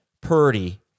Purdy